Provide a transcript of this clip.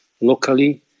locally